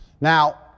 Now